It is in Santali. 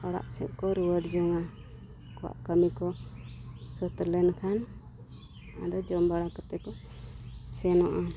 ᱚᱲᱟᱜ ᱥᱮᱱ ᱠᱚ ᱨᱩᱣᱟᱹᱲ ᱡᱚᱝᱟ ᱟᱠᱚᱣᱟᱜ ᱠᱟᱹᱢᱤ ᱠᱚ ᱥᱟᱹᱛ ᱞᱮᱱᱠᱷᱟᱱ ᱟᱫᱚ ᱡᱚᱢ ᱵᱟᱲᱟ ᱠᱟᱛᱮ ᱠᱚ ᱥᱮᱱᱚᱜᱼᱟ